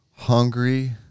Hungry